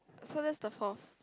so that's the fourth